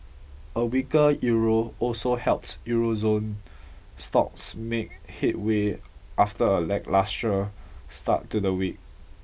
a weaker Euro also helped Euro zone stocks make headway after a lacklustre start to the week